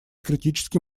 критический